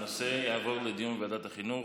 הנושא יעבור לדיון בוועדת החינוך.